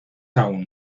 aún